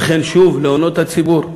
וכן, שוב להונות את הציבור?